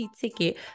ticket